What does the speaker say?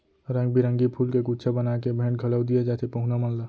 रंग बिरंगी फूल के गुच्छा बना के भेंट घलौ दिये जाथे पहुना मन ला